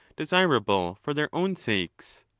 desirable for their own sakes.